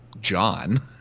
John